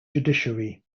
judiciary